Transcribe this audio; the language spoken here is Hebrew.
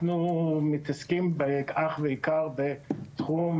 אנחנו מתעסקים בעיקר בתחום